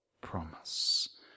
promise